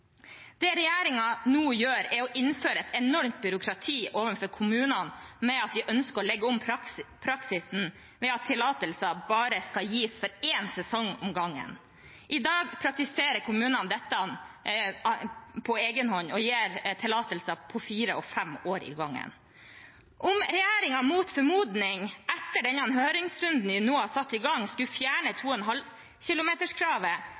Det regjeringen nå gjør, er å innføre et enormt byråkrati overfor kommunene når de ønsker å legge om praksisen, ved at tillatelser bare skal gis for én sesong om gangen. I dag praktiserer kommunene dette på egen hånd og gir tillatelser for fire og fem år om gangen. Om regjeringen mot formodning etter den høringsrunden de nå har satt i gang, skulle fjerne